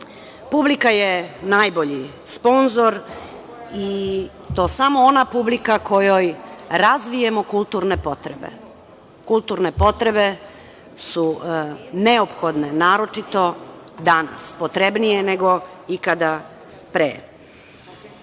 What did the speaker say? Srbije. Publika je najbolji sponzor i to samo ona publika kojoj razvijemo kulturne potrebe. Kulturne potrebe su neophodne, naročito danas. Potrebnije su nego ikada pre.S